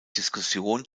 diskussion